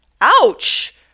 ouch